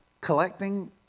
collecting